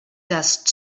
dust